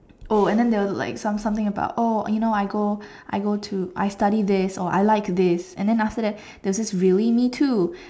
oh and then there was like something something about oh you know I go I go to I study this or I like this and then after that there's this really me too